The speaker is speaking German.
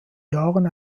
jahren